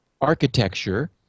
architecture